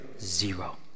Zero